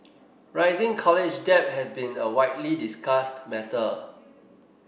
rising college debt has been a widely discussed matter